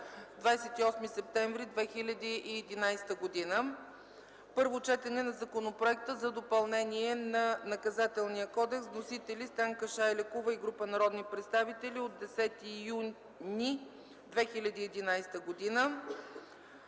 28 септември 2011 г. 5. Първо четене на Законопроекта за допълнение на Наказателния кодекс. Вносители – Станка Шайлекова и група народни представители от 10 юни 2011 г.